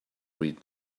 read